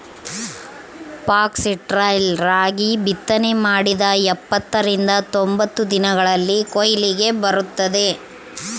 foxtail ragi ಬಿತ್ತನೆ ಮಾಡಿದ ಎಂಬತ್ತರಿಂದ ತೊಂಬತ್ತು ದಿನಗಳಲ್ಲಿ ಕೊಯ್ಲಿಗೆ ಬರುತ್ತದೆ